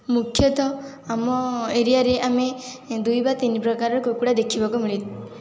ମୁଖ୍ୟତଃ ଆମ ଏରିଆରେ ଆମେ ଦୁଇ ବା ତିନି ପ୍ରକାରର କୁକୁଡ଼ା ଦେଖିବାକୁ ମିଳେ